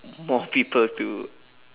more people to